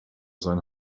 sein